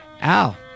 Al